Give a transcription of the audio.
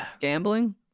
Gambling